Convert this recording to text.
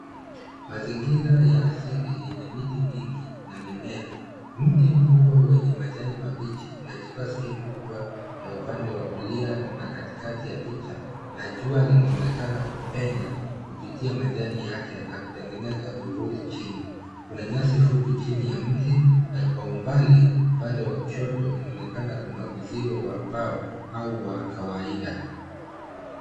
Mazingira ya asili yenye miti mingi na mimea. Mti mkubwa wenye majani mabichi umechukua sehemu kubwa ya upande wa kulia na katikati ya picha na jua linaonekana kupenya kupitia majani yake na kutengeneza vivuli chini. Kuna nyasi fupi chini ya mti na kwa umbali, upande wa kushoto, inaonekana kuna uzio wa mbao au wa kawaida.